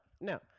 no